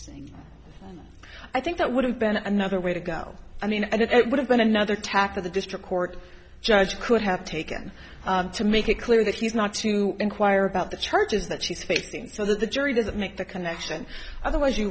with i think that would have been another way to go i mean it would have been another tack that the district court judge could have taken to make it clear that he's not to inquire about the charges that she's facing so that the jury doesn't make the connection otherwise you